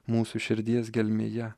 mūsų širdies gelmėje